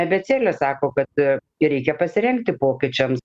abėcėlė sako kad reikia pasirengti pokyčiams